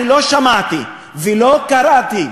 אני לא שמעתי ולא קראתי